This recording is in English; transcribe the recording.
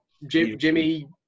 Jimmy